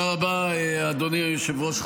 אדוני היושב-ראש.